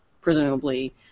presumably